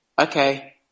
Okay